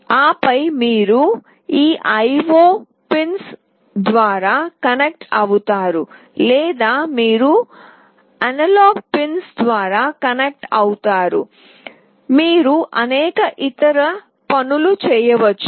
ఆపై మీరు ఈ IO పిన్స్ ద్వారా కనెక్ట్ అవుతారు లేదా మీరు అనలాగ్ పిన్స్ ద్వారా కనెక్ట్ అవుతారు మీరు అనేక ఇతర పనులు చేయవచ్చు